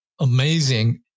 amazing